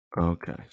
Okay